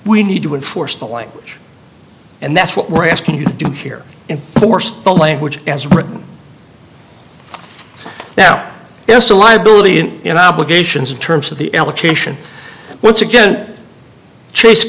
we need to enforce the law and that's what we're asking you to do here in force the language as written now is to liability in obligations in terms of the allocation once again chase